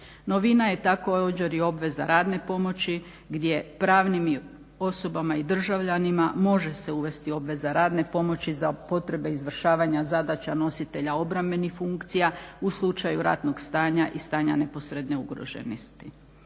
Novina je također i obveza radne pomoći gdje pravnim osobama i državljanima može se uvesti obveza radne pomoći za potrebe izvršavanja zadaća nositelja obrambenih funkcija u slučaju ratnog stanja i stanja neposredne ugroženosti.